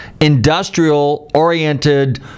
industrial-oriented